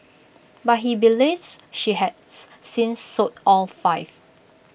but he believes she has since sold all five